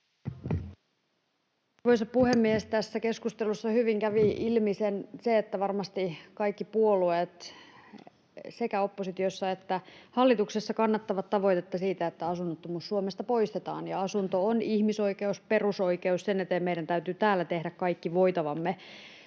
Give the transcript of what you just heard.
Arvoisa puhemies! Tässä keskustelussa hyvin kävi ilmi se, että varmasti kaikki puolueet sekä oppositiossa että hallituksessa kannattavat tavoitetta siitä, että asunnottomuus Suomesta poistetaan. Asunto on ihmisoikeus, perusoikeus, ja sen eteen meidän täytyy täällä tehdä kaikki voitavamme.